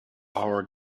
our